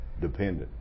dependent